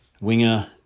Winger